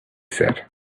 said